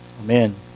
Amen